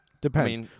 Depends